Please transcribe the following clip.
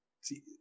See